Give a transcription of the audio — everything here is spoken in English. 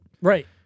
Right